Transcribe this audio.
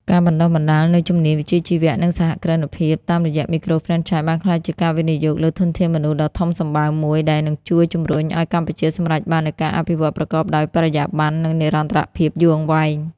ការបណ្តុះបណ្តាលនូវជំនាញវិជ្ជាជីវៈ និងសហគ្រិនភាពតាមរយៈមីក្រូហ្វ្រេនឆាយ បានក្លាយជាការវិនិយោគលើធនធានមនុស្សដ៏ធំសម្បើមមួយ ដែលនឹងជួយជម្រុញឱ្យកម្ពុជាសម្រេចបាននូវការអភិវឌ្ឍប្រកបដោយបរិយាបន្ន និងនិរន្តរភាពយូរអង្វែង។